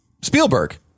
spielberg